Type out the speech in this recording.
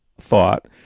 thought